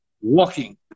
walking